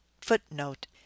Footnote